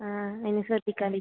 ആ ഇനി ശ്രദ്ധിക്കാം ടീച്ചർ